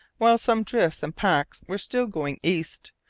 while some drifts and packs were still going east.